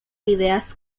ideas